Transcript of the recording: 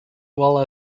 well